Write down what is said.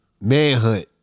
manhunt